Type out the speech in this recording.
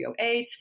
308